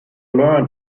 learn